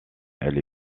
elle